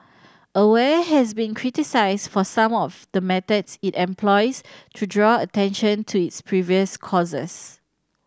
aware has been criticised for some of the methods it employs to draw attention to its previous causes